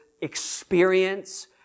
experience